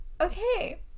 Okay